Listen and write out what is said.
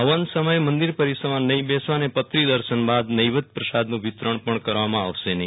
હવાન સમયે મંદિર પરિસરમાં નહિ બેસવા અને પત્રી દર્શન બાદ નૈવેદ પ્રસાદનું વિતરણ પણ કરવામાં આવશે નહી